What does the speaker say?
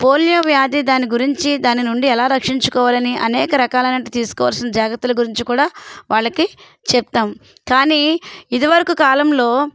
polio వ్యాధి దాని గురించి దాని నుండి ఎలా రక్షించుకోవాలని అనేక రకాలేనటువంటి తీసుకోవాల్సిన జాగ్రత్తల గురించి కూడా వాళ్ళకి చెప్తాం కానీ ఇదివరకు కాలంలో